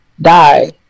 Die